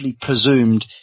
presumed